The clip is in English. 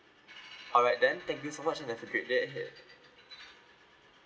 alright then thank you so much and have a great day ahead